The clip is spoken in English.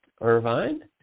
Irvine